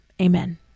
amen